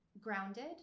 grounded